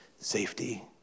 safety